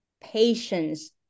patience